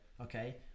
okay